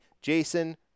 Jason